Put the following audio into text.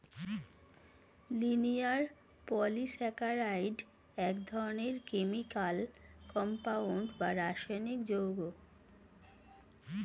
linear polysaccharide এক ধরনের chemical compound বা রাসায়নিক যৌগ